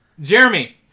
Jeremy